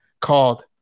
called